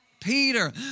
Peter